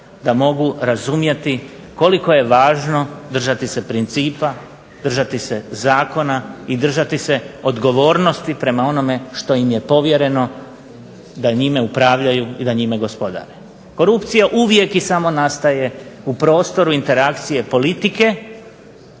da mogu razumjeti koliko je važno držati se principa, držati se zakona i držati se odgovornosti prema onome što im je povjereno da njime upravljaju i da njime gospodare. Korupcija uvijek i samo nastaje u prostoru interakcije politike